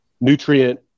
nutrient